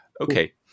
Okay